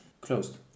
Closed